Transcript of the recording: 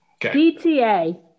DTA